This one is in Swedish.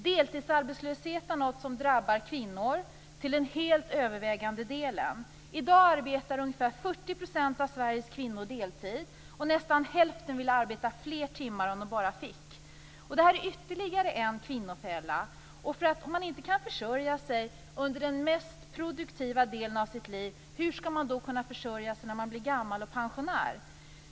Deltidsarbetslöshet är något som drabbar kvinnor till den helt övervägande delen. I dag arbetar ungefär 40 % av Sveriges kvinnor deltid och nästan hälften skulle vilja arbeta fler timmar om de bara fick. Det här är ytterligare en kvinnofälla. Om man inte kan försörja sig under den mest produktiva delen av sitt liv, hur skall man då kunna försörja sig när man blir gammal och pensionär?